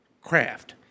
craft